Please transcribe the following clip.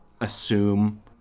assume